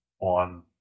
on